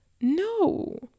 no